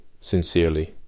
sincerely